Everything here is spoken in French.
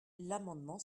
l’amendement